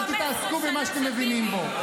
אבל תתעסקו במה שאתם מבינים בו.